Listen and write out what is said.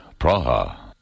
Praha